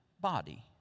body